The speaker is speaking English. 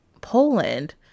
Poland